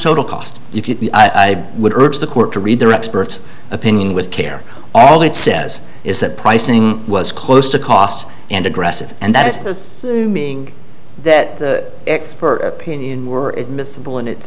total cost if you would urge the court to read their expert's opinion with care all it says is that pricing was close to costs and aggressive and that is being that expert opinion were admissible in its